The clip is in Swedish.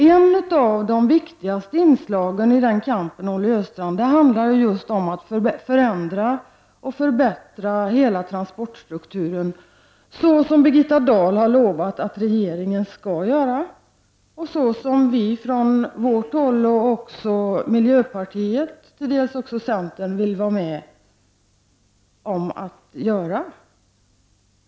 Ett av de viktigaste inslagen i denna kamp, Olle Östrand, handlar just om att förändra och förbättra hela transportstrukturen, så som Birgitta Dahl har lovat att regeringen skall göra och så som miljöpartiet och delvis centern vill vara med om att göra.